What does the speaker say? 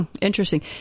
Interesting